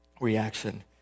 reaction